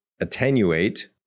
attenuate